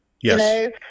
Yes